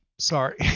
Sorry